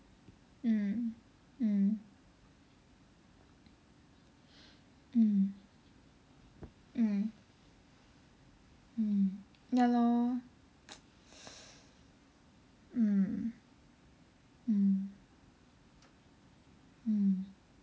mm mm mm mm mm ya lor mm mm mm